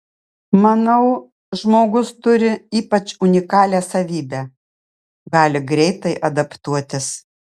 manau žmogus turi ypač unikalią savybę gali greitai adaptuotis